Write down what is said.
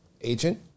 agent